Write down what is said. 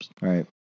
right